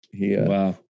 Wow